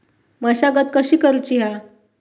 मशागत कशी करूची हा?